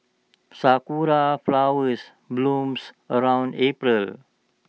Sakura Flowers blooms around April